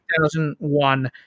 2001